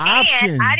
options